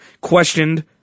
questioned